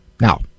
Now